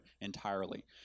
entirely